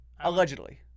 Allegedly